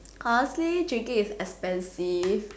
honestly drinking is expensive